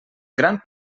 gran